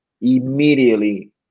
immediately